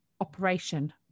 operation